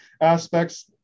aspects